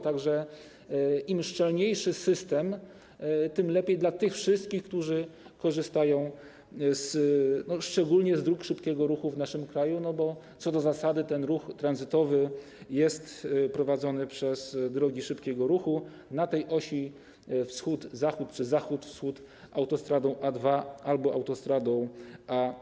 Tak że im szczelniejszy system, tym lepiej dla tych wszystkich, którzy korzystają szczególnie z dróg szybkiego ruchu w naszym kraju, bo co do zasady ten ruch tranzytowy jest prowadzony przez drogi szybkiego ruchu na osi wschód - zachód czy zachód - wschód autostradą A2 albo autostradą A4.